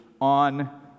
on